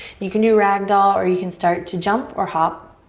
you can do ragdoll or you can start to jump or hop